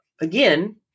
Again